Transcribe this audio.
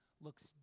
looks